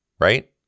right